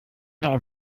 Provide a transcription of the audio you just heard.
der